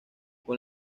con